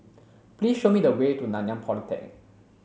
please show me the way to Nanyang Polytechnic